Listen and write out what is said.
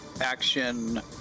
action